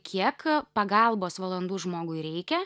kiek pagalbos valandų žmogui reikia